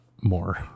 more